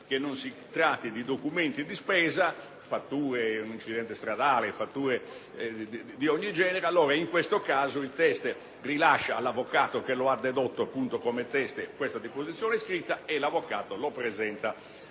che non si tratti di documenti di spesa (fatture di incidenti stradali o di altro genere); in questi casi il teste rilascia all'avvocato che lo ha dedotto come teste la deposizione scritta e l'avvocato la presenta